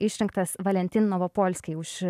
išrinktas valentin novopolskyj už